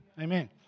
Amen